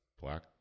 Black